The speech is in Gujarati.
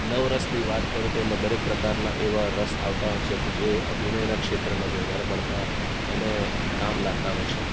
નવરસની વાત કરું તો એમાં દરેક પ્રકારના એવા રસ આવતા હોય છે કે જે અભિનયના ક્ષેત્રમાં જ વધારે પડતા એને કામ લાગતા હોય છે